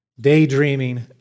Daydreaming